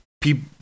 people